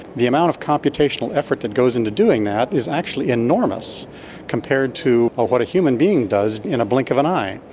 the amount of computational effort that goes into doing that is actually enormous compared to ah what a human being does in a blink of an eye.